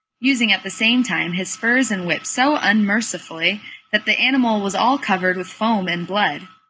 using at the same time his spurs and whip so unmercifully that the animal was all covered with foam and blood.